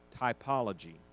typology